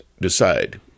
decide